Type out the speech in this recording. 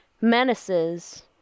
menaces